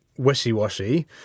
wishy-washy